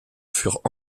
furent